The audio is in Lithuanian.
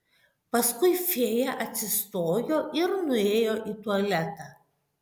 paskui fėja atsistojo ir nuėjo į tualetą